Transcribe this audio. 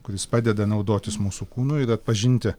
kuris padeda naudotis mūsų kūnu ir atpažinti